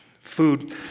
food